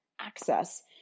access